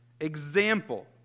example